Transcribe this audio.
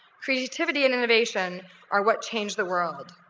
creativity and innovation are what change the world.